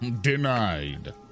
Denied